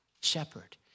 shepherd